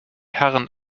herren